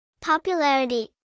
Popularity